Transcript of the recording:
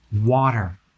water